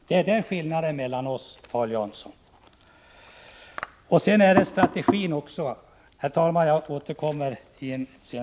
Det är däri skillnaden mellan oss består, Paul Jansson.